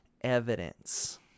evidence